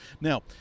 now